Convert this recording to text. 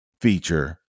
feature